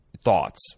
thoughts